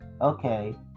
okay